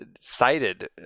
cited